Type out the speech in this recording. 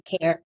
care